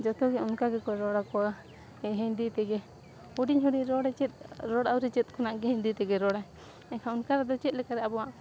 ᱡᱚᱛᱚᱜᱮ ᱚᱱᱠᱟ ᱜᱮᱠᱚ ᱨᱚᱲ ᱟᱠᱚᱣᱟ ᱦᱤᱱᱫᱤ ᱛᱮᱜᱮ ᱦᱩᱰᱤᱧ ᱦᱩᱰᱤᱧ ᱨᱚᱲᱮ ᱪᱮᱫ ᱨᱚᱲ ᱟᱹᱣᱨᱤ ᱪᱮᱫ ᱠᱷᱚᱱᱟᱜᱼᱜᱮ ᱦᱤᱱᱫᱤ ᱛᱮᱜᱮ ᱨᱚᱲᱟ ᱮᱱᱠᱷᱟᱱ ᱚᱱᱠᱟ ᱨᱮᱫᱚ ᱪᱮᱫ ᱞᱮᱠᱟᱛᱮ ᱟᱵᱚᱣᱟᱜ